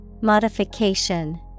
Modification